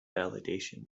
validation